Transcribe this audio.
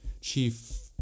chief